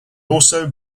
also